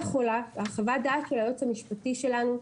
לפי חוות הדעת של היועץ המשפטי שלנו,